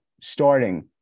starting